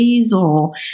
basil